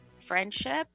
friendship